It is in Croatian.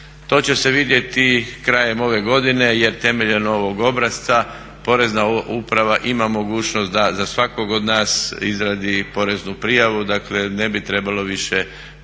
To će se vidjeti krajem ove godine jer temeljem ovog obrasca Porezna uprava ima mogućnost da za svakog od nas izradi i poreznu prijavu. Dakle, ne bi trebalo više trčati